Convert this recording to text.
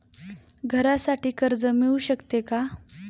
घरासाठी कर्ज मिळू शकते का?